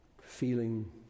feeling